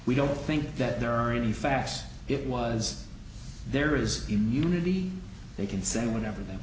we don't think that there are any facts it was there is immunity they can say whatever th